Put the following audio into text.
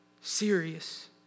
serious